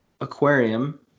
Aquarium